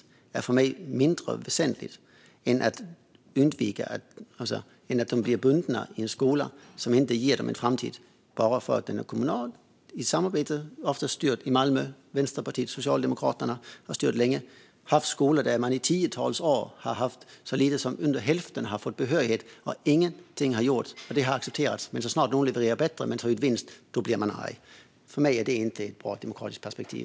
Detta är för mig mindre väsentligt än att man undviker att de blir bundna till en skola som inte ger dem en framtid - bara för att den är kommunal. I Malmö har Vänsterpartiet och Socialdemokraterna styrt tillsammans länge. Man har haft skolor där i tiotals år så lite som under hälften fått behörighet, och ingenting har gjorts - det har accepterats. Men så snart någon gör det bättre men tar ut vinst blir man arg. För mig är detta inte bra ur ett demokratiskt perspektiv.